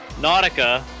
Nautica